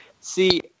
see